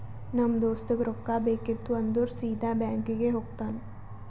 ನಮ್ ದೋಸ್ತಗ್ ರೊಕ್ಕಾ ಬೇಕಿತ್ತು ಅಂದುರ್ ಸೀದಾ ಬ್ಯಾಂಕ್ಗೆ ಹೋಗ್ತಾನ